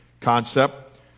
concept